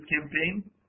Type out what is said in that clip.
campaign